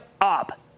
up